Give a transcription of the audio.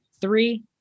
Three